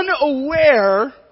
unaware